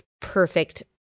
perfect